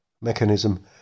mechanism